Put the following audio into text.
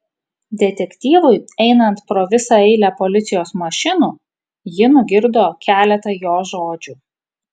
detektyvui einant pro visą eilę policijos mašinų ji nugirdo keletą jo žodžių